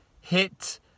hit